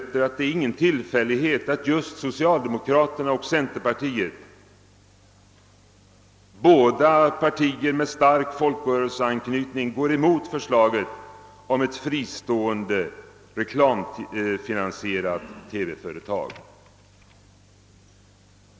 Jag tror inte det är någon tillfällighet att just socialdemokraterna och centerpartiet, båda partier med stark folkrörelseanknytning, går emot förslaget om ett fristående reklamfinansierat TV-företag.